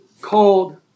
called